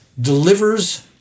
delivers